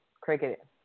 Cricket